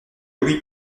louis